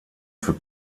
für